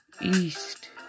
East